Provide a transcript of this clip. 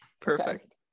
Perfect